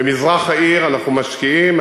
במזרח העיר אנחנו משקיעים,